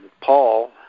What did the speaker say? Paul